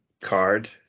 card